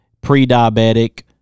pre-diabetic